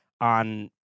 on